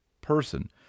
person